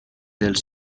dels